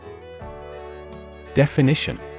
Definition